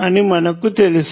అని మనకు తెలుసు